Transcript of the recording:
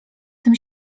tym